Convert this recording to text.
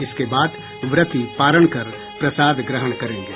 इसके बाद व्रती पारण कर प्रसाद ग्रहण करेंगे